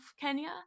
Kenya